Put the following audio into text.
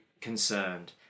concerned